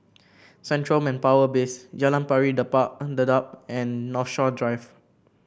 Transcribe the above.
Central Manpower Base Jalan Pari Dedap and Dedap and Northshore Drive